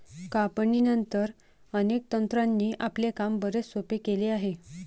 कापणीनंतर, अनेक तंत्रांनी आपले काम बरेच सोपे केले आहे